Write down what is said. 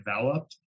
developed